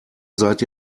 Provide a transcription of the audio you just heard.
seid